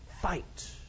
fight